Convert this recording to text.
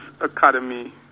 academy